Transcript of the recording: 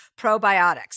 probiotics